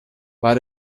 war